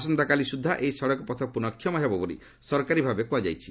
ଆସନ୍ତାକାଲି ସ୍ୱଦ୍ଧା ଏହି ସଡ଼କ ପଥ ପୁନଃକ୍ଷମ ହେବ ବୋଲି ସରକାରୀ ଭାବେ କୁହାଯାଇଛି